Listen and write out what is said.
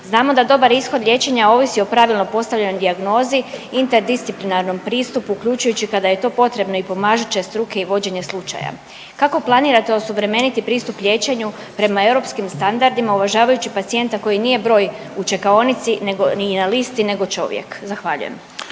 Znamo da dobar ishod liječenja ovisi o pravilno postavljenoj dijagnozi, interdisciplinarnom pristupu uključujući kada je to potrebno i pomažuće struke i vođenje slučaja. Kako planirate osuvremeniti pristup liječenju prema europskim standardima uvažavajući pacijenta koji nije broj u čekaonici nego ni na listi nego čovjek? Zahvaljujem.